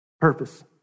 purpose